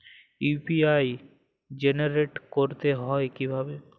UPI generate করতে হয় কিভাবে?